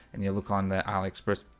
and you look on there aliexpress